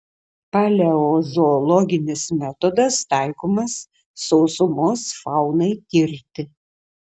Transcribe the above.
paleozoologinis metodas taikomas sausumos faunai tirti